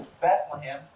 Bethlehem